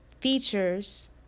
features